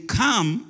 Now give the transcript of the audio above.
come